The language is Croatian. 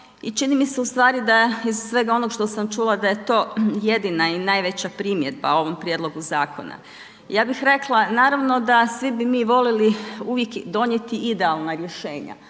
i čini mi se da iz svega onoga što sam čula da je to jedina i najveća primjedba ovom prijedlogu zakona. Ja bih rekla naravno da bi mi svi voljeli uvijek donijeti idealna rješenja,